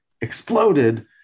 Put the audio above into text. exploded